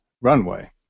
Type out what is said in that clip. runway